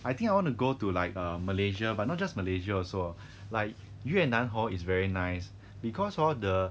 I think I want to go to like err malaysia but not just malaysia also like 越南 hor is very nice because hor the